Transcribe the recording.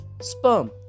sperm